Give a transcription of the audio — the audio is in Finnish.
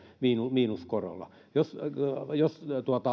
miinuskorolla jos jos